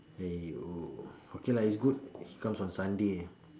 !aiyo! okay lah it's good he comes on Sunday